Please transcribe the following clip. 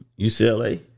ucla